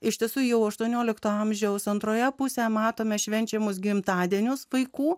iš tiesų jau aštuoniolikto amžiaus antroje pusėje matome švenčiamus gimtadienius vaikų